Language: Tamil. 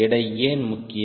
எடை ஏன் முக்கியம்